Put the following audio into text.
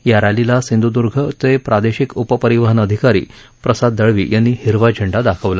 या रॅलीला सिंधुदुर्गचे प्रादेशिक उप परिवहन अधिकारी प्रसाद दळवी यांनी हिरवा झेंडा दाखवला